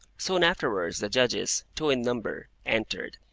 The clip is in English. soon afterwards the judges, two in number, entered,